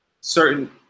certain